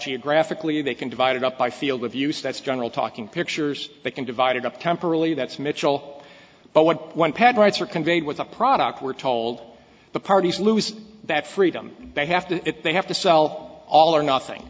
geographically they can divide it up by field of use that's general talking pictures they can divide it up temporarily that's michel but what one pad writes are conveyed with a product we're told the parties lose that freedom they have to it they have to sell all or nothing